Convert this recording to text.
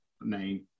name